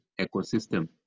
ecosystem